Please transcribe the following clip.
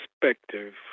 perspective